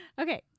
Okay